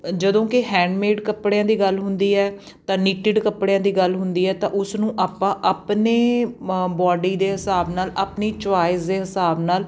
ਜਦੋਂ ਕਿ ਹੈਂਡਮੇਡ ਕੱਪੜਿਆਂ ਦੀ ਗੱਲ ਹੁੰਦੀ ਹੈ ਤਾਂ ਨੀਟਿਡ ਕੱਪੜਿਆਂ ਦੀ ਗੱਲ ਹੁੰਦੀ ਹੈ ਤਾਂ ਉਸ ਨੂੰ ਆਪਾਂ ਆਪਣੇ ਬਾਡੀ ਦੇ ਹਿਸਾਬ ਨਾਲ ਆਪਣੀ ਚੋਇਸ ਦੇ ਹਿਸਾਬ ਨਾਲ